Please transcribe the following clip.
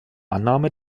annahme